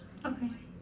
okay